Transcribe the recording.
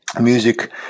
music